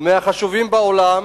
ומהחשובות בעולם,